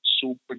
super